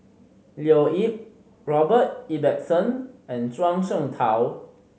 Leo Yip Robert Ibbetson and Zhuang Shengtao